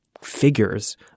figures